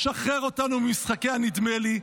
שחרר אותנו ממשחקי הנדמה-לי.